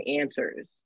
answers